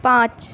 पाँच